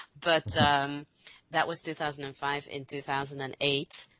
but um that was two thousand and five. in two thousand and eight,